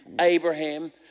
Abraham